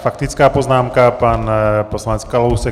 Faktická poznámka pan poslanec Kalousek.